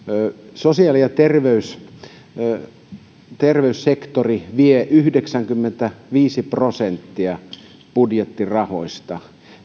sosiaali ja terveyssektori vie yhdeksänkymmentäviisi prosenttia budjettirahoista